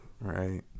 right